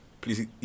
Please